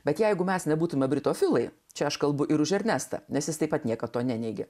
bet jeigu mes nebūtumėme brito filai čia aš kalbu ir už ernestą nes jis taip pat niekad to neneigia